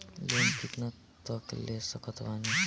Loan कितना तक ले सकत बानी?